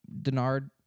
Denard